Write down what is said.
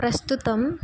ప్రస్తుతం